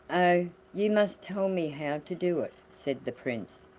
oh! you must tell me how to do it, said the prince,